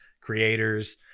creators